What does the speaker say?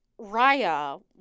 Raya